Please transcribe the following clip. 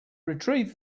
retrieved